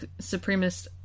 supremacist